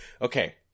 okay